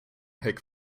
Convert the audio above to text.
heck